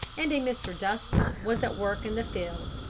and a mr. dustin was at work in the field.